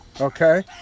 okay